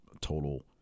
Total